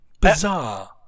Bizarre